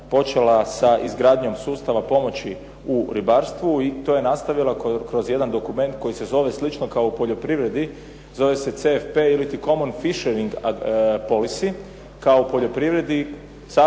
počela sa izgradnjom sustava pomoći u ribarstvu i to je nastavila kroz jedan dokument koji se zove slično kao u poljoprivredi. Zove se CFP iliti Common fisheries policy kao u poljoprivredi